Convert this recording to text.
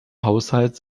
haushalt